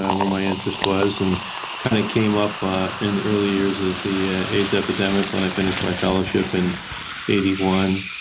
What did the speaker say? and where my interest was, and kind of came up in the early ears of aids epidemic when i finished my fellowship in eighty one.